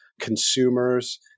consumers